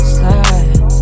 slide